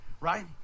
right